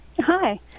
Hi